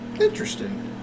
Interesting